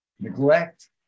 neglect